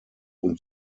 und